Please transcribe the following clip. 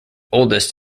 oldest